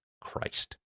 Christ